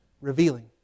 Revealing